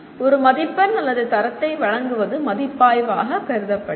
ஒரு மதிப்பெண் அல்லது தரத்தை வழங்குவது மதிப்பாய்வாக கருதப்படுகிறது